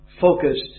focused